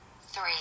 Three